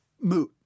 moot